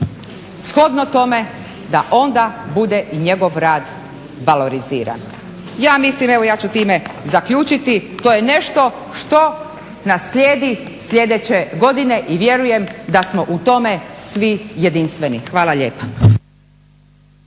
shodno tome da onda bude i njegov rad valoriziran. Ja mislim evo, ja ću time zaključiti to je nešto što nas slijedi sljedeće godine i vjerujem da smo u tome svi jedinstveni. Hvala lijepa.